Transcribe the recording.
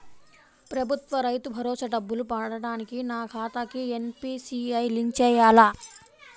ప్రభుత్వ రైతు భరోసా డబ్బులు పడటానికి నా ఖాతాకి ఎన్.పీ.సి.ఐ లింక్ చేయాలా?